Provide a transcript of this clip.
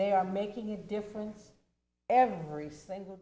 they are making a difference every single